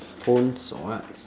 phones or what's